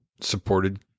supported